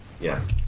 Yes